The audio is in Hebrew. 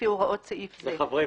לפי הוראות סעיף זה.